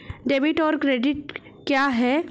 Debit और credit क्या है?